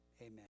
Amen